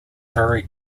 very